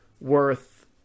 worth